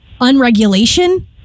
unregulation